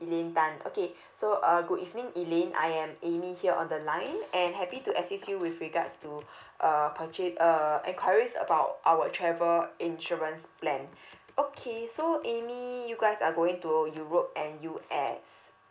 elaine tan okay so uh good evening elaine I am amy here on the line and happy to assist you with regards to uh purcha~ uh enquiries about our travel insurance plan okay so amy you guys are going to europe and U_S